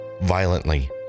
violently